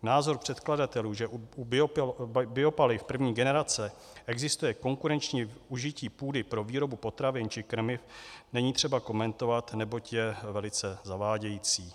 Názor předkladatelů, že u biopaliv první generace existuje konkurenční užití půdy pro výrobu potravin či krmiv, není třeba komentovat, neboť je velice zavádějící.